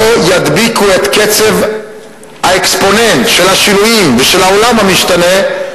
לא ידביקו את קצב האקספוננט של השינויים ושל העולם המשתנה,